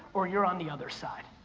or you're on the other side.